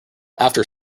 after